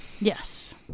Yes